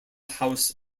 house